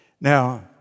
Now